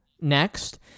next